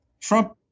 Trump